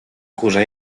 kurze